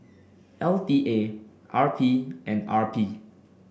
L T A R P and R P